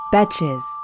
Betches